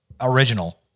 original